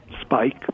spike